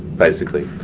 basically.